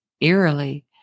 eerily